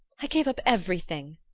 i gave up everything,